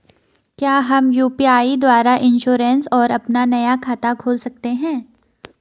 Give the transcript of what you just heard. क्या हम यु.पी.आई द्वारा इन्श्योरेंस और अपना नया खाता खोल सकते हैं?